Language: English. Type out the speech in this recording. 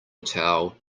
towel